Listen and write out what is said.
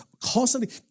constantly